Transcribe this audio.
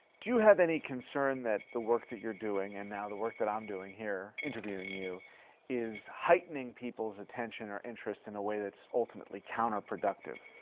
do you have any concern that the work that you're doing and now the work that i'm doing here interviewing you is heightening people's attention or interest in a way that's ultimatelycounterproductive?